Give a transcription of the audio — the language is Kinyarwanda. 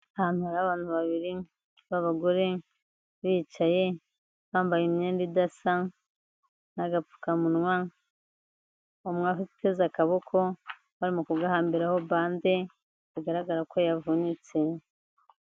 Ahantu hari abantu babiri b'abagore bicaye bambaye imyenda idasa n'agapfukamunwa umwe ateze akaboko barimo kugahambiraho bande bigaragara ko yavunitse.